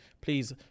please